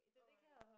oh my god